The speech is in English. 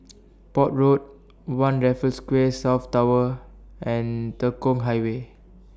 Port Road one Raffles Quay South Tower and Tekong Highway